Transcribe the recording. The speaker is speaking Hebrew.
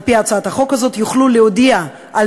על-פי הצעת החוק הזאת הם יוכלו להודיע על